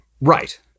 Right